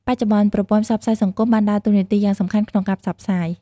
បច្ចុប្បន្ន ប្រព័ន្ធផ្សព្វផ្សាយសង្គមបានដើរតួនាទីយ៉ាងសំខាន់ក្នុងការផ្សព្វផ្សាយ។